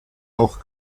auch